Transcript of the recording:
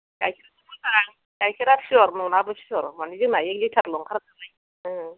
गायखेरखौ होनदां गायखेरा पिय'र न'नाबो पिय'र मानि जोंना एक लिटारल' ओंखारखायो नालाय ओं